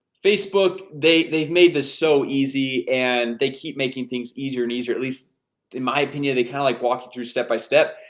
facebook they've made this so easy and they keep making things easier and easier at least in my opinion they kind of like walk you through step by step.